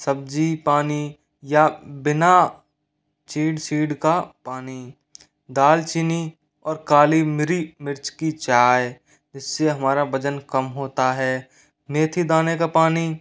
सब्जी पानी या बिना चिड़चिड़ का पानी दालचीनी और काली मिर्च की चाय जिससे हमारा वजन कम होता है मेथी दाने का पानी